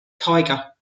tiger